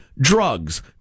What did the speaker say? drugs